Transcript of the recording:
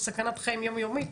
שהם בסכנת חיים יום-יומית,